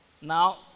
Now